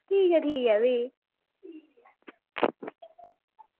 ठीक ऐ ठीक ऐ फ्ही